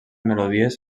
melodies